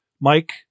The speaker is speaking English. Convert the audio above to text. Mike